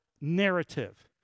narrative